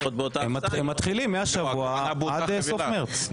לפחות באותה --- הם מתחילים מהשבוע עד לסוף מרץ.